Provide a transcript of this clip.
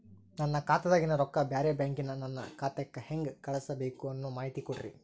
ನನ್ನ ಖಾತಾದಾಗಿನ ರೊಕ್ಕ ಬ್ಯಾರೆ ಬ್ಯಾಂಕಿನ ನನ್ನ ಖಾತೆಕ್ಕ ಹೆಂಗ್ ಕಳಸಬೇಕು ಅನ್ನೋ ಮಾಹಿತಿ ಕೊಡ್ರಿ?